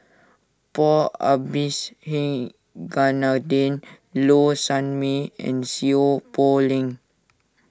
Paul Abisheganaden Low Sanmay and Seow Poh Leng